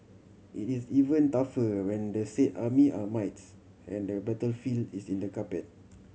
it is even tougher when the said army are mites and the battlefield is in the carpet